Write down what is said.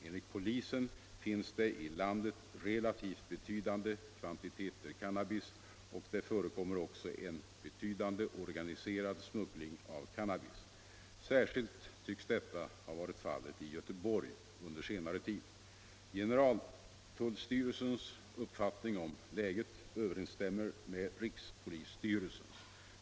Enligt polisen finns det i landet relativt betydande kvantiteter cannabis, och det förekommer också en betydande organiserad smuggling av cannabis. Särskilt tycks detta ha varit fallet i Göteborg under senare tid. Generaltullstyrelsens uppfattning om läget överensstämmer med rikspolisstyrelsens.